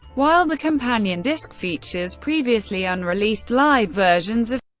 while the companion disc features previously unreleased live versions of